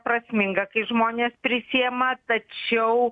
prasminga kai žmonės prisiima tačiau